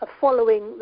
following